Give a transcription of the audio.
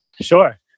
Sure